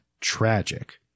tragic